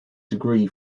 degree